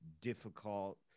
difficult